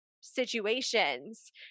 situations